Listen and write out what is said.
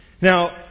now